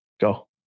Go